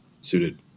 suited